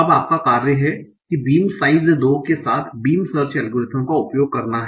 अब आपका कार्य हैं बीम साइज़ 2 के साथ बीम सर्च एल्गोरिथ्म का उपयोग करना है